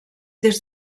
des